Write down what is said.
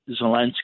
Zelensky